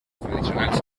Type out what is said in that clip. tradicionals